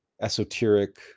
esoteric